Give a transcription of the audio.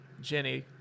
jenny